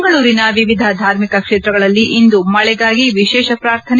ಮಂಗಳೂರಿನ ವಿವಿಧ ಧಾರ್ಮಿಕ ಕ್ಷೇತ್ರಗಳಲ್ಲಿ ಇಂದು ಮಳೆಗಾಗಿ ವಿಶೇಷ ಪ್ರಾರ್ಥನೆ